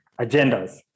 agendas